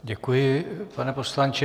Děkuji, pane poslanče.